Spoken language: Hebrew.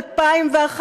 2001,